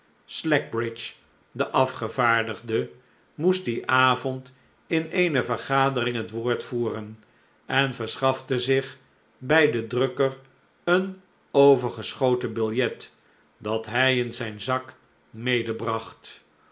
slackbridge de afgevaardigde moest dien avond in eene vergadering het woord voeren en verschafte zich bij den drukker een overgeschoten biljet dat hij in zijn zak